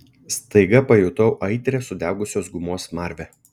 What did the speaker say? staiga pajutau aitrią sudegusios gumos smarvę